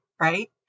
right